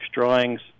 drawings